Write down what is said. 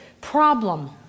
problem